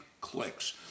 clicks